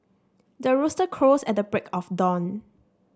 the rooster crows at the break of dawn